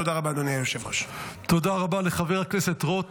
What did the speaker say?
תודה רבה, אדוני היושב-ראש.